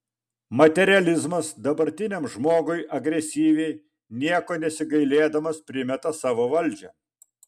materializmas dabartiniam žmogui agresyviai nieko nesigailėdamas primeta savo valdžią